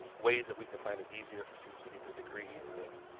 ways that we can find it easier for students to get their degrees and